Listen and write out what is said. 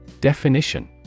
Definition